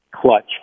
clutch